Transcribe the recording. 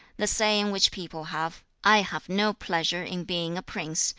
the saying which people have i have no pleasure in being a prince,